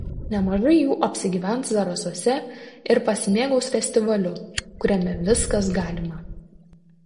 nemažai jų apsigyvens zarasuose ir pasimėgaus festivaliu kuriame viskas galima